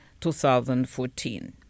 2014